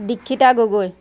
Dikshita Gogoi